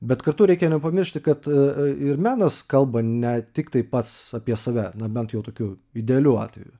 bet kartu reikia nepamiršti kad ir menas kalba ne tiktai pats apie save na bent jau tokiu idealiu atveju